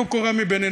טלו קורה מבין עיניכם,